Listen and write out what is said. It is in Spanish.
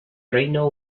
reino